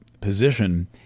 position